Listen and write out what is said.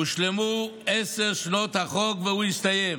הושלמו עשר שנות החוק, והוא הסתיים.